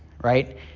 right